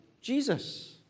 Jesus